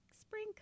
spring